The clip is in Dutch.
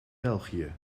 belgië